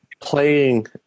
playing